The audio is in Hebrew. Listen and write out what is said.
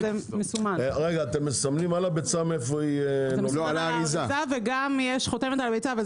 אנחנו מסמנים על האריזה וגם יש חותמת על הביצה.